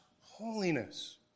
holiness